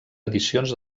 edicions